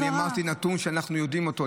אני אמרתי נתון שאנחנו יודעים אותו.